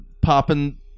Popping